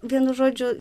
vienu žodžiu